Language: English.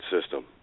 system